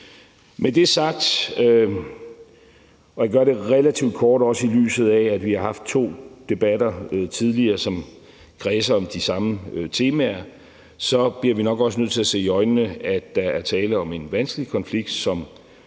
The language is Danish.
vil jeg sige – og jeg gør det relativt kort, også i lyset af at vi har haft to debatter tidligere, som kredsede om de samme temaer – at vi nok også bliver nødt til at se i øjnene, at der er tale om en vanskelig konflikt, som